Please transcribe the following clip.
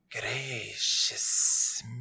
gracious